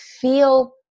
feel